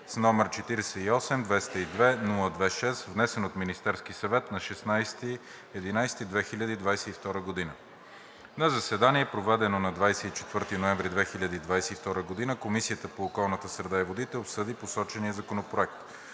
г., № 48-202-02-6, внесен от Министерския съвет на 16 ноември 2022 г. На заседание, проведено на 24 ноември 2022 г., Комисията по околната среда и водите обсъди посочения законопроект.